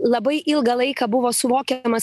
labai ilgą laiką buvo suvokiamas